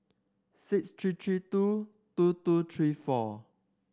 six three three two two two three four